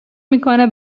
میکنه